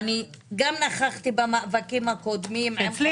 גם נכחתי במאבקים הקודמים בנושא הזה